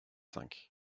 cinq